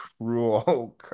cruel